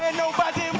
and nobody